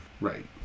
Right